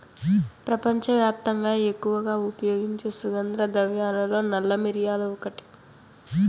ప్రపంచవ్యాప్తంగా ఎక్కువగా ఉపయోగించే సుగంధ ద్రవ్యాలలో నల్ల మిరియాలు ఒకటి